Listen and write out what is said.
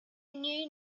knew